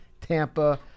Tampa